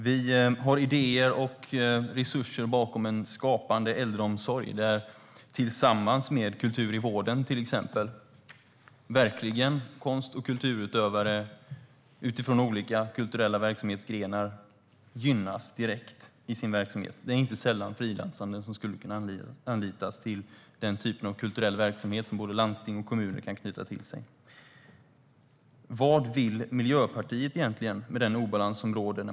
Vi har idéer till och resurser bakom en skapande äldreomsorg tillsammans med till exempel Kultur i vården, där konst och kulturutövare utifrån olika kulturella verksamhetsgrenar gynnas direkt i sin verksamhet. Inte sällan skulle frilansande kunna anlitas till den typen av kulturell verksamhet, som både landsting och kommuner kunde knyta till sig. Vad vill Miljöpartiet göra åt den obalans som råder?